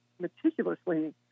meticulously